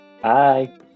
Bye